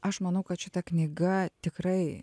aš manau kad šita knyga tikrai